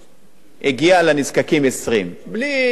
הגיע לנזקקים 20. בלי שום תיווך.